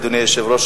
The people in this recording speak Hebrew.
אדוני היושב-ראש,